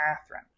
Catherine